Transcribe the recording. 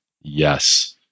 Yes